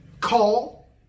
Call